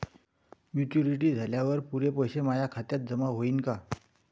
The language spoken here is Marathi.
मॅच्युरिटी झाल्यावर पुरे पैसे माया खात्यावर जमा होईन का?